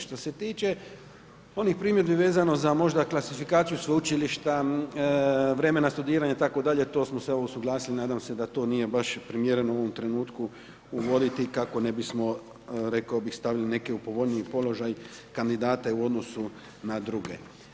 Što se tiče onih primjedbi vezano za možda klasifikaciju sveučilišta, vremena studiranja itd., to smo sve usuglasili i nadam se to nije baš primjereno u ovom trenutku uvoditi kako ne bismo rekao bih stavili neke u povoljniji položaj kandidate u odnosu na druge.